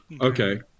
Okay